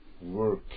work